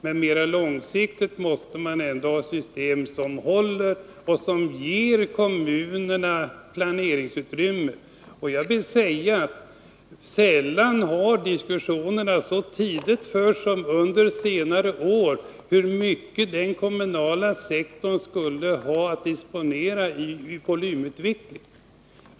Men mer långsiktigt måste man ha system som håller och som ger kommunerna planeringsutrymme. Sällan har diskussionerna förts så tidigt som under senare år om hur mycket den kommunala sektorn skulle ha att disponera i volymutveckling.